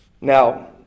Now